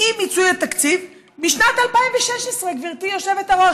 באי-מיצוי התקציב משנת 2016, גברתי היושבת-ראש.